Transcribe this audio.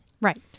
Right